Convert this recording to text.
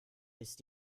ist